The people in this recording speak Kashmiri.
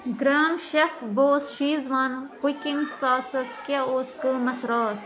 gram Chef Boss Schezwan cooking sauces کیٛاہ اوس قۭمتھ راتھ